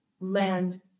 land